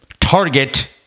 Target